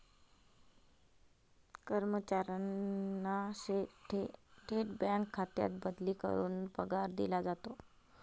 कर्मचाऱ्यांना थेट बँक खात्यात बदली करून पगार दिला जातो